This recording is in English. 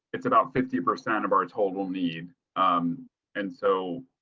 it's about fifty percent of our total need um and so.